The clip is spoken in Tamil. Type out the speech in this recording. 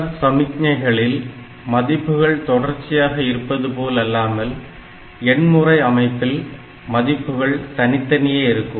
தொடர் சமிக்ஞைகளில் மதிப்புகள் தொடர்ச்சியாக இருப்பது போல் அல்லாமல் எண்முறை அமைப்பில் மதிப்புகள் தனித்தனியே இருக்கும்